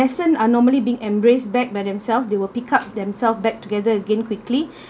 lessons are normally being embraced backed by themselves they will pick up themselves back together again quickly